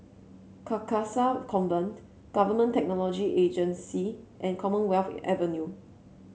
Carcasa Convent Government Technology Agency and Commonwealth Avenue